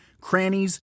crannies